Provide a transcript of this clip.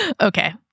Okay